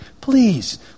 please